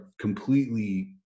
completely